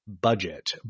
budget